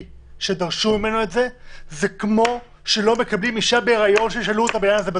זה כמו שלא מקבלים אישה בהיריון אחרי שהיא נשאלה על זה.